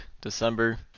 December